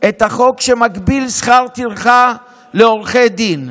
את החוק, להגביל שכר טרחה לעורכי דין.